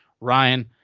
Ryan